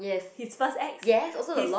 his first ex his